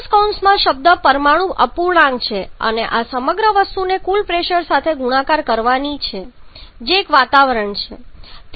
ચોરસ કૌંસમાં શબ્દ પરમાણુ અપૂર્ણાંક છે અને સમગ્ર વસ્તુને કુલ પ્રેશર સાથે ગુણાકાર કરવાની છે જે એક વાતાવરણ છે